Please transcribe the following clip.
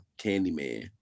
Candyman